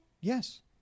Yes